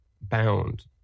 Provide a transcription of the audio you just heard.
bound